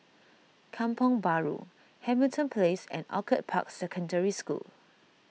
Kampong Bahru Hamilton Place and Orchid Park Secondary School